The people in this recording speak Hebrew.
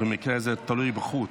במקרה הזה תלוי בחוט,